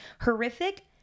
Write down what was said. horrific